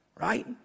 Right